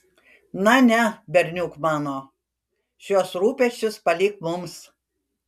na ne berniuk mano šiuos rūpesčius palik mums